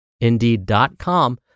Indeed.com